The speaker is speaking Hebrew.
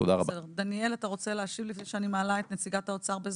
איך 1,500 שקל, כששכר ממוצע של